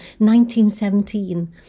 1917